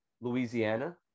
Louisiana